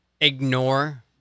ignore